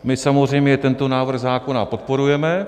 My samozřejmě tento návrh zákona podporujeme.